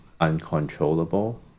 uncontrollable